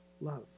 love